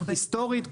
היסטורית,